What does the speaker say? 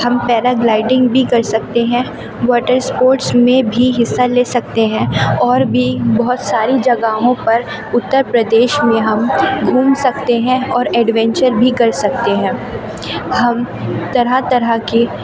ہم paragliding بھی کر سکتے ہیں واٹر اسپورٹس میں بھی حصہ لے سکتے ہیں اور بھی بہت ساری جگہوں پر اتر پردیش میں ہم گھوم سکتے ہیں اور ایڈوینچر بھی کر سکتے ہیں ہم طرح طرح کے